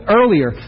earlier